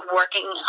working